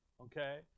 okay